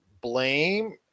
blame